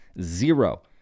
zero